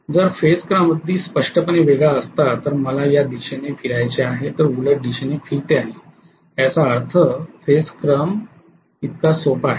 जर फेज क्रम अगदी स्पष्टपणे वेगळा असता तर मला या दिशेने फिरायचे आहे तर उलट दिशेने फिरते आहे याचा अर्थ फेज क्रमा इतका सोपा आहे